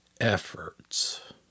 efforts